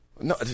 No